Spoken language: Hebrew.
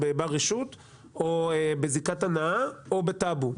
ברשות או בזיקת הנאה או בטאבו,